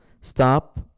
Stop